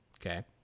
Okay